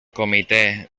comitè